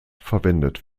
verwendet